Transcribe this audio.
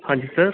ਹਾਂਜੀ ਸਰ